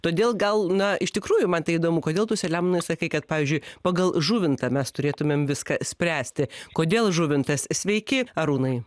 todėl gal na iš tikrųjų man tai įdomu kodėl tu selemonai sakai kad pavyzdžiui pagal žuvintą mes turėtumėm viską spręsti kodėl žuvintas sveiki arūnai